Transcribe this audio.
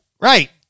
right